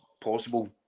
possible